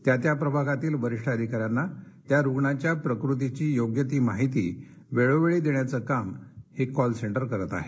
त्या त्या प्रभागातील वरिष्ठ अधिका यांना त्या रुग्णाच्या प्रकृतीची योग्य ती माहिती वेळोवेळी देण्याचं काम ही हे कॉल सेंटर करतं आहे